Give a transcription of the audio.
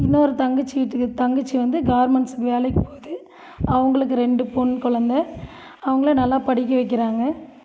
இன்னொரு தங்கச்சி வீட்டுக்கு தங்கச்சி வந்து கார்மெண்ட்ஸுக்கு வேலைக்கு போது அவங்களுக்கு ரெண்டு பொண் குழந்த அவங்களை நல்லா படிக்க வைக்கிறாங்க